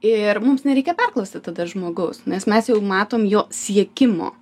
ir mums nereikia perklausti tada žmogaus nes mes jau matom jo siekimo